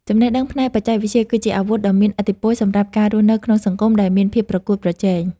ចំណេះដឹងផ្នែកបច្ចេកវិទ្យា គឺជាអាវុធដ៏មានឥទ្ធិពលសម្រាប់ការរស់នៅក្នុងសង្គមដែលមានភាពប្រកួតប្រជែង។